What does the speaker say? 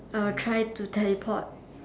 I will try to teleport